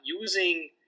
using